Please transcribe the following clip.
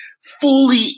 fully